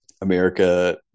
America